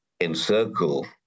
encircle